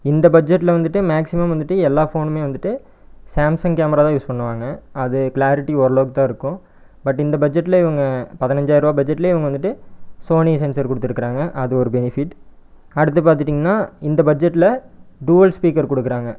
இந்த பட்ஜெட்டில் வந்துவிட்டு மேக்சிமம் வந்துவிட்டு எல்லா ஃபோனுமே வந்துவிட்டு சாம்சங் கேமரா தான் யூஸ் பண்ணுவாங்க அது க்ளாரிட்டி ஓரளவுக்கு தான் இருக்கும் பட் இந்த பட்ஜெட்டில் இவங்க பதினஞ்சாயரூபா பட்ஜெட்லேயே இவங்க வந்துவிட்டு சோனி சென்சார் கொடுத்துருக்குறாங்க அது ஒரு பெனிஃபிட் அடுத்து பார்த்துட்டிங்கன்னா இந்த பட்ஜெட்டில் டுவெல் ஸ்பீக்கர் கொடுக்குறாங்க